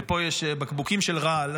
ופה יש בקבוקים של רעל,